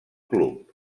club